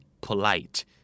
Polite